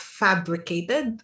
fabricated